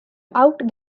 out